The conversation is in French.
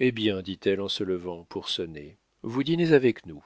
eh bien dit-elle en se levant pour sonner vous dînez avec nous